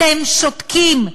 אתם שותקים,